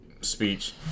speech